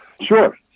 Sure